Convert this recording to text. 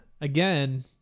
again